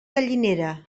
gallinera